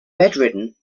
bedridden